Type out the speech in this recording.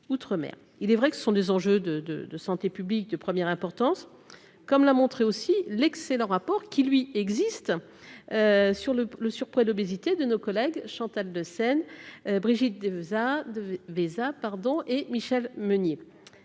il est vrai que ce sont des enjeux de de de santé. Public de première importance, comme l'a montré aussi l'excellent rapport qui lui existe sur le le surpoids et d'obésité, de nos collègues, Chantal de scène Brigitte des visas, de visas